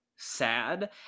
sad